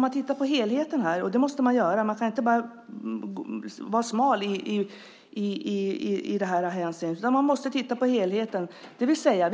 Man kan inte vara smal i det här hänseendet, utan man måste titta på helheten. Vi säger